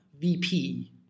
VP